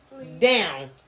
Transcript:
Down